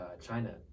China